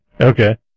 Okay